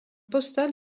postales